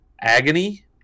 Agony